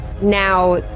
now